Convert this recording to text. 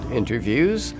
interviews